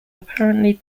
apparently